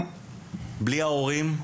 בלי ההורים,